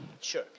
sure